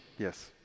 Yes